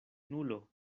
nulo